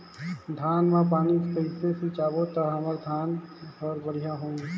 धान मा पानी कइसे सिंचबो ता हमर धन हर बढ़िया होही?